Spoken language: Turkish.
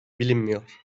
bilinmiyor